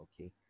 Okay